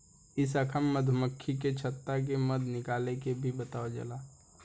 ए शाखा में मधुमक्खी के छता से मध निकाले के भी बतावल जाला